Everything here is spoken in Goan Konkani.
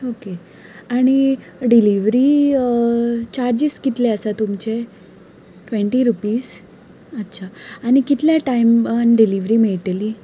ओके आनी डिलिव्हरी चार्जीस कितले आसा तुमचे ट्वेंटी रुपीस अच्छा आनी कितल्या टायमान डिलिव्हरी मेळटली